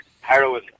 heroin